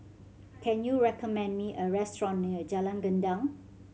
can you recommend me a restaurant near Jalan Gendang